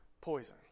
poison